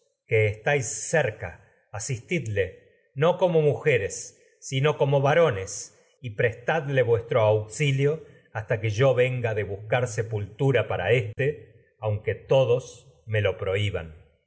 estáis cerca asistidle y muje res sino que como varones prestadle vuestro auxilio hasta yo venga me de buscar sepultura para éste aunque coro todos lo prohiban